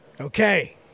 Okay